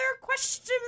question